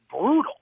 brutal